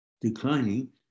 declining